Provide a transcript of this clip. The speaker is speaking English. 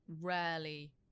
Rarely